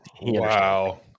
Wow